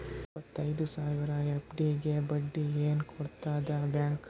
ಇಪ್ಪತ್ತೈದು ಸಾವಿರ ಎಫ್.ಡಿ ಗೆ ಬಡ್ಡಿ ಏನ ಕೊಡತದ ಬ್ಯಾಂಕ್?